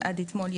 לאתמול,